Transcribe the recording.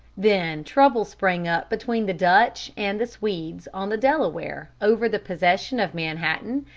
then trouble sprang up between the dutch and the swedes on the delaware over the possession of manhattan,